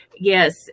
yes